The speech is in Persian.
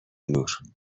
نور